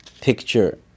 picture